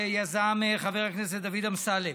שיזם חבר הכנסת דוד אמסלם,